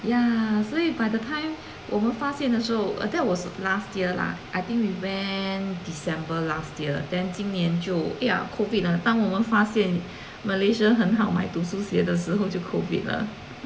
ya 所以 by the time 我们发现的时候 that was last year lah I think we went december last year then 今年就要 COVID ah 当我们发现 Malaysia 很好买读书鞋的时候就 COVID 了